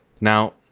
Now